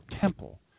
temple